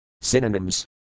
Synonyms